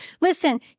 Listen